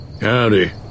Howdy